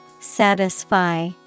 Satisfy